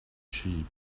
sheep